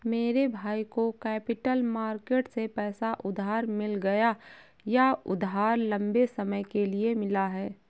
मेरे भाई को कैपिटल मार्केट से पैसा उधार मिल गया यह उधार लम्बे समय के लिए मिला है